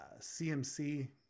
CMC